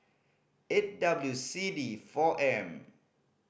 eight W C D four M